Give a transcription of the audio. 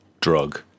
drug